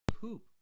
Poop